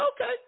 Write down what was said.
okay